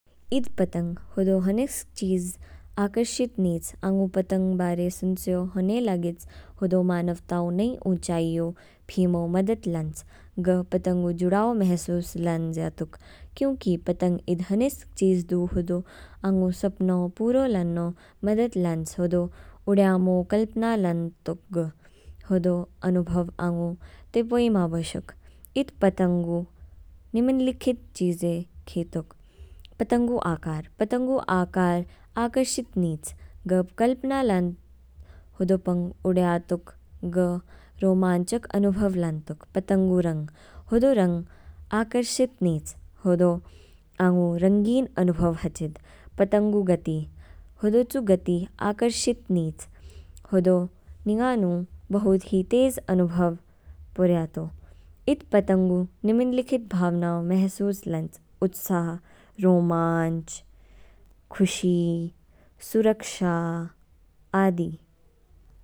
इद पतंग होदो हनिस्क चीज आकर्शित नीच, आँगो पतंग बारे सुन्छयो होने लागेच, होदो मानवताओ नहीं उचाईयो, फीमो मददलांच। ग पतंगो जुड़ाओ महसूस लांजयातुक। क्यूंकि पतंग इद हनिस्क चीज दू होदो, आँगो सपनो, पूरो लान्नो मदद लांच होदो, उड़ामो कल्पना लांजतुक ग। ग होदो अनुभव आँगो तेपोई मा बोशुक। इत पतंगो निमनलिखित चीजे खेतुक। पतंगो आकार, पतंगो आकार आकरषित नीच, ग कल्पना लांजतुक। होदो पंग उड़ातुक, ग रोमाणचक अनुभव लांजतुक। पतंगो रंग, होदो रंग आकर्षित नीच, होदो आँगो रंगीन अनुभव हचिद। पतंगो गती, होदो चू गति आकर्षित नीच, होदो निगानु बहुत ही तेज अनुभव पुर्यातो। इत पतंगो निमनलिखित भावना महसूस लांच, उत्साह, रोमांच, खुशी, सुरक्षा आदि।